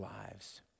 lives